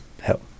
help